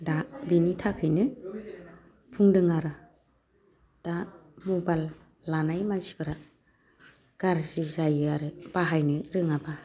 दा बेनि थाखायनो बुंदों आरो दा मबाइल लानाय मानसिफोरा गाज्रि जायो आरो बाहायनो रोङाब्ला